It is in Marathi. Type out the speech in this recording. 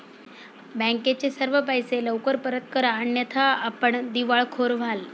बँकेचे सर्व पैसे लवकर परत करा अन्यथा आपण दिवाळखोर व्हाल